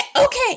okay